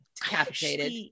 captivated